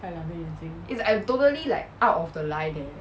盖两个眼睛